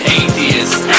atheist